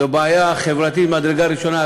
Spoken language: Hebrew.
זו בעיה חברתית ממדרגה ראשונה,